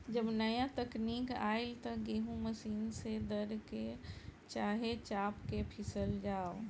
जब नाया तकनीक आईल त गेहूँ मशीन से दर के, चाहे चाप के पिसल जाव